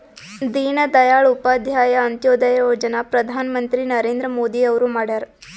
ದೀನ ದಯಾಳ್ ಉಪಾಧ್ಯಾಯ ಅಂತ್ಯೋದಯ ಯೋಜನಾ ಪ್ರಧಾನ್ ಮಂತ್ರಿ ನರೇಂದ್ರ ಮೋದಿ ಅವ್ರು ಮಾಡ್ಯಾರ್